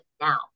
now